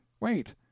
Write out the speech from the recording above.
Wait